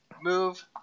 move